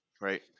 right